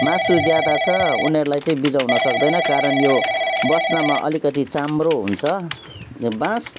मासु ज्यादा छ उनीहरूलाई चाहिँ बिझाउन सक्दैन कारण यो बस्नमा अलिकति चाम्रो हुन्छ यो बाँस